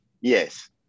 yes